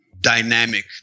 dynamic